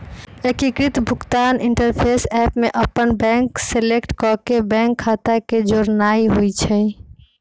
एकीकृत भुगतान interface app में अप्पन बैंक सेलेक्ट क के बैंक खता के जोड़नाइ होइ छइ